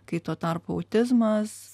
kai tuo tarpu autizmas